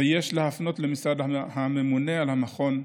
ויש להפנותה למשרד הממונה על המכון,